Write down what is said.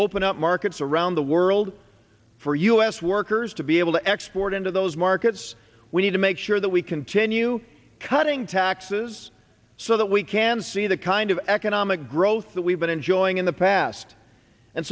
open up markets around the world for u s workers to be able to export into those markets we need to make sure that we continue cutting taxes so that we can see the kind of economic growth that we've been enjoying in the past and